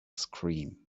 scream